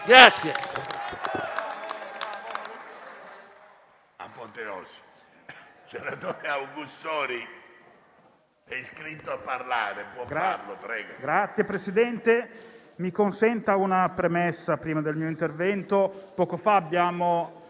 Signor Presidente, mi consenta una premessa all'inizio del mio intervento. Poco fa abbiamo